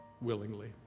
willingly